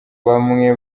bamwe